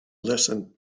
listen